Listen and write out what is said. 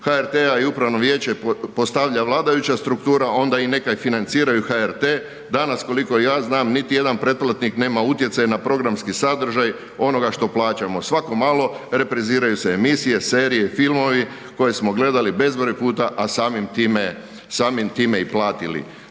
HRT i upravno vijeće postavlja vladajuća struktura i onda neka i financiraju HRT, danas koliko ja znam niti jedan pretplatnik nema utjecaj na programski sadržaj onoga što plaćamo, svako malo repriziraju se emisije, serije, filmovi koje smo gledali bezbroj puta, a samim time, samim